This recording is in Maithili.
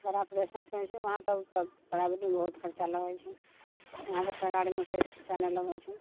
बड़ा ऑपरेशनसँ होइत छै उहाँ तऽ पर प्राइभेटमे भी बहुत खर्चा लगैत छै इहाँ तऽ सरकारीमे कोइ खर्चा नहि लगैत छै